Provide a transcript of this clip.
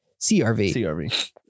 CRV